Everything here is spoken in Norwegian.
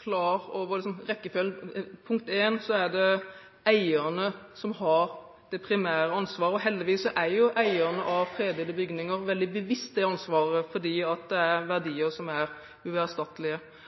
klar over rekkefølgen. Punkt én: Det er eierne som har det primære ansvaret. Heldigvis er eierne av fredede bygninger veldig bevisst det ansvaret, for det er verdier som er uerstattelige. Så er det kommunene som er